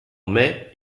mai